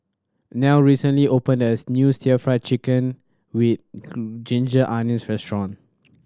Nell recently opened as new Stir Fried Chicken with ginger onions restaurant